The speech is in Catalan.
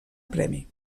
premi